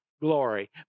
glory